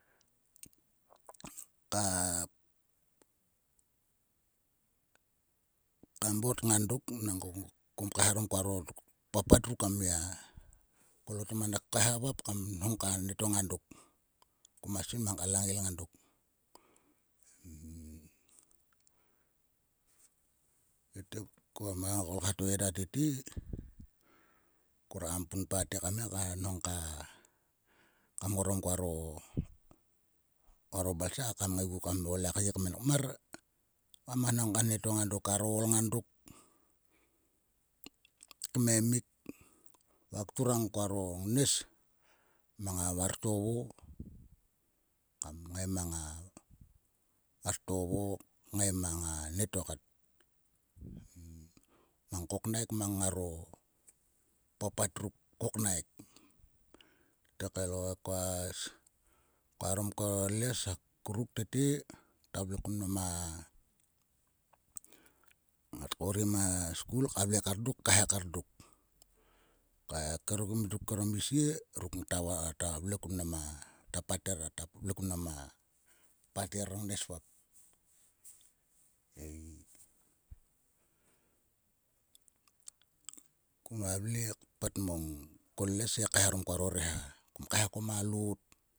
Ka ka bot ngang dok nangko kom kaeharom koaro papat ruk kam gia. Kol o tomen duk ngap kaeha vop kam nhongka nieto ngang dok. Koa svil mang ka langail ngang dok. Tete ma kolkha to eda tete. Krekam punpa te kam ngai ka nhong ka. Kam horang koaro balsa kam ngaigu ko lo kye kmenkmar. Va kam nhong karonieto ngang dok. Karo ool ngang kmemik va kturang koaro ngnes mang a vartovo. Kam ngai mang a vartov. ngai mang anieto kat. Mang koknaik mang ngaro papat ruk koknaik. Te kael o kaeharom ko les akuruk tete ngata vle kun mnam a. Ngat korim a skul ka vle kar dok kaeha kar dok. Okei kero minduk kero mi sie ngata vle kun mnam a pater ma pater ngnes vop ei. Koma vle kpat mang ko les he kaeharom koaro reha. Kom kaeha ko ma lot.